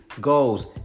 goals